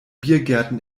biergärten